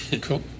Cool